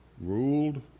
ruled